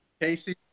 Casey